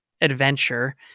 adventure